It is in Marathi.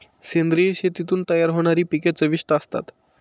सेंद्रिय शेतीतून तयार होणारी पिके चविष्ट असतात